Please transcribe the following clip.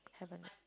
haven't